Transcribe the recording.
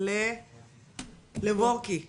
לוורקי קסאי,